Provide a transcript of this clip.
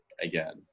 again